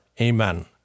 Amen